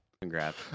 Congrats